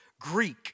Greek